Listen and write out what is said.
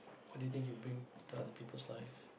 what do you think you bring to other people's life